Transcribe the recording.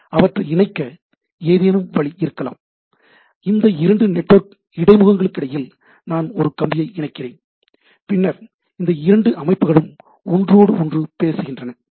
அவற்றை இணைக்க ஏதேனும் வழி இருக்கலாம் இந்த இரண்டு நெட்வொர்க் இடைமுகங்களுக்கிடையில் நான் ஒரு கம்பியை இணைக்கிறேன் பின்னர் இந்த இரண்டு அமைப்புகளும் ஒன்றோடொன்று பேசுகின்றன சரி